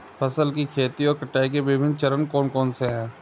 फसल की खेती और कटाई के विभिन्न चरण कौन कौनसे हैं?